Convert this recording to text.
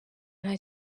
nta